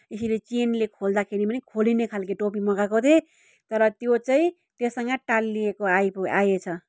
यसरी चेनले खोल्दाखेरि पनि खोलिने खालके टोपी मगाएको थिएँ तर त्यो चाहिँ त्योसँग टालिएको आइपु आएछ